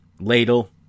ladle